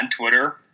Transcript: Twitter